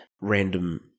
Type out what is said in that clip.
random